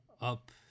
up